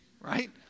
right